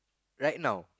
right now